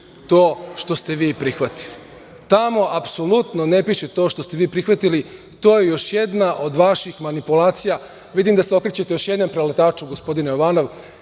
to što ste vi prihvatili. Tamo apsolutno ne piše to što ste vi prihvatili. To je još jedna od vaših manipulacija. Vidim da se okrećete još jednom preletaču, gospodine Jovanov.